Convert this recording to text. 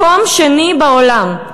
מקום שני בעולם,